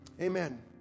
Amen